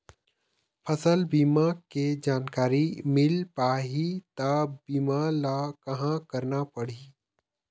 फसल बीमा के जानकारी मिल पाही ता बीमा ला कहां करना पढ़ी?